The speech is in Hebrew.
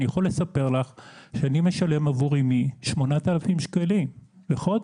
אני יכול לספר לך שאני משלם עבור אימי 8,000 שקלים לחודש,